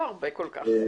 אני